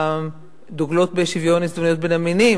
הדוגלות בשוויון הזדמנויות בין המינים.